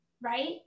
right